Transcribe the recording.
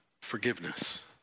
forgiveness